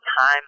time